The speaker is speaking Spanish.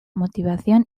motivación